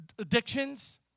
addictions